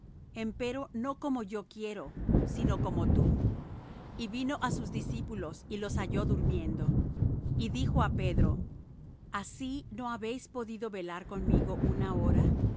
vaso empero no como yo quiero sino como tú y vino á sus discípulos y los halló durmiendo y dijo á pedro así no habéis podido velar conmigo una hora